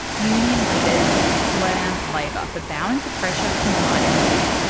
union leaders slammed labor for bowing to pressure from the mining lobby.